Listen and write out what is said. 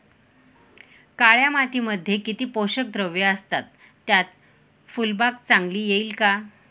काळ्या मातीमध्ये किती पोषक द्रव्ये असतात, त्यात फुलबाग चांगली येईल का?